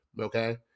Okay